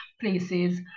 places